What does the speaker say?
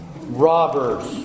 robbers